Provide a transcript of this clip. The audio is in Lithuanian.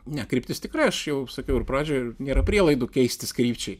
ne kryptis tikrai aš jau sakiau ir pradžioj nėra prielaidų keistis krypčiai